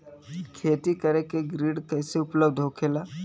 खेती करे के ऋण कैसे उपलब्ध होखेला?